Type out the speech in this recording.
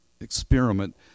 experiment